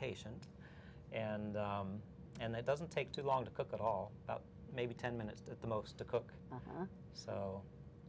patient and and it doesn't take too long to cook at all about maybe ten minutes at the most to cook so